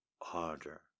harder